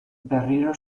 berriro